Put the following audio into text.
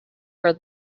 for